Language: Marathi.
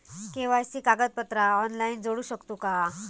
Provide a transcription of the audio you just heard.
के.वाय.सी कागदपत्रा ऑनलाइन जोडू शकतू का?